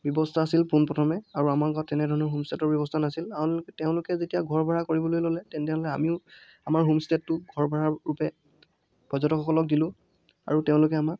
ব্যৱস্থা আছিল পোন প্ৰথমে আৰু আমাৰ ঘৰত তেনেধৰণৰ হোমষ্টেৰ ব্যৱস্থা নাছিল কাৰণ তেওঁলোকে যেতিয়া ঘৰ ভাড়া কৰিবলৈ ল'লে তেনেহ'লে আমিও আমাৰ হোমষ্টেটো ঘৰ ভাড়া ৰূপে পৰ্যটকসকলক দিলোঁ আৰু তেওঁলোকে আমাক